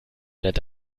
rennt